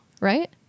right